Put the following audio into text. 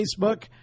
Facebook